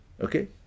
okay